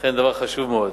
אכן, דבר חשוב מאוד.